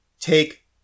take